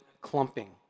clumping